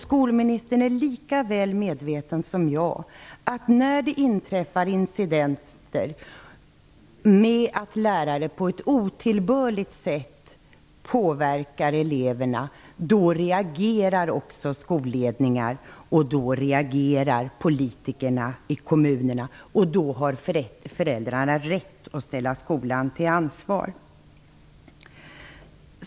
Skolministern är lika väl medveten som jag att när det inträffar incidenter då lärare på ett otillbörligt sätt påverkar eleverna, reagerar skolledningar och politiker i kommunerna. Då har föräldrarna rätt att begära att skolan tar ansvar.